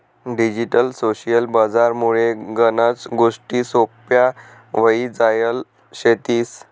digital social बजार मुळे गनच गोष्टी सोप्प्या व्हई जायल शेतीस